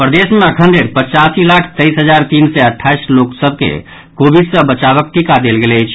प्रदेश मे अखन धरि पचासी लाख तेईस हजार तीन सय अट्ठाईस लोक सभ के कोविड सँ बचावक टीका देल गेल अछि